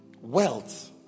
Wealth